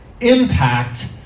impact